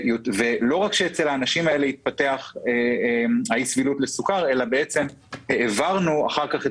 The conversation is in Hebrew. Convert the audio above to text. לא רק שאצל האנשים האלה התפתח אי-סבילות לסוכר אלא בעצם העברנו אחר כך את